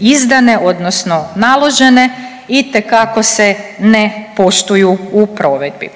izdane odnosno naložene itekako se ne poštuju u provedbi.